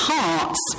Hearts